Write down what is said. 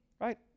right